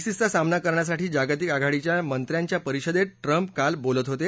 सिसचा सामना करण्यासाठी जागतिक आघाडीच्या मंत्र्यांच्या परिषदेत ट्रम्प काल बोलत होते